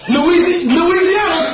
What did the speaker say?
Louisiana